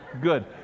Good